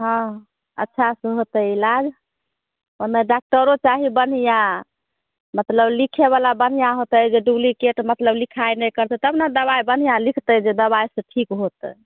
हँ अच्छा से होतै इलाज ओहिमे डाक्टरो चाही बढ़िआँ मतलब लीखे बला बढ़िआँ होतै जे डुब्लीकेट मतलब लिखाइ नहि करतै तब ने दबाइ बढ़िआँ लिखतै जे दबाइ से ठीक होतै